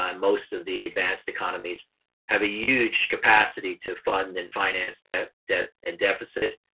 um most of the advanced economies have a huge capacity to fund and finance debt debt and deficit,